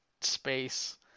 space